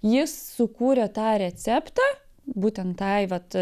jis sukūrė tą receptą būtent tai vat